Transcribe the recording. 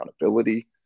accountability